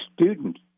student